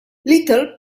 little